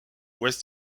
west